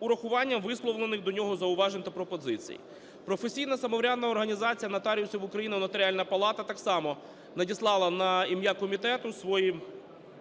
урахуванням висловлених до нього зауважень та пропозицій. Професійна самоврядна організація нотаріусів України Нотаріальна палата так само надіслала на ім'я комітету свою